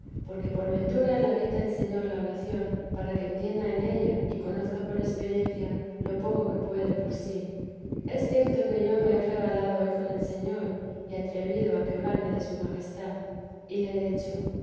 porque por ventura la quita el señor la oración para que entienda en ellas y conozca por experiencia lo poco que puede por sí es cierto que yo me he regalado hoy con el señor y atrevido a quejarme de su majestad y le he dicho